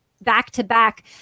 back-to-back